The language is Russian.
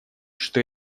что